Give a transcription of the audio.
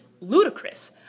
ludicrous